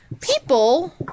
people